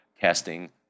casting